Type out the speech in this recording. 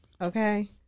okay